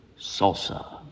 salsa